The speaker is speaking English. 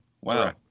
Wow